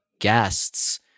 guests